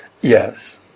Yes